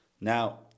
Now